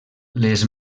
les